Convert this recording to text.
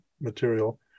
material